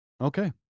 Okay